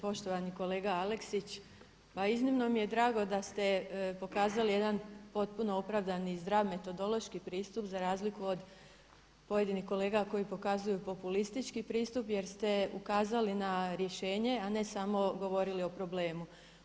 Poštovani kolega Aleksić pa iznimno mi je drago da ste pokazali jedan potpuno opravdani i zdrav metodološki pristup za razliku od pojedinih kolega koji pokazuju populistički pristup jer ste ukazali na rješenje a ne samo govorili o problemu.